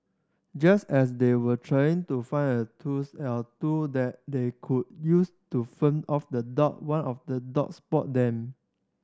just as they were trying to find a tools or two that they could use to fend off the dog one of the dogs spot them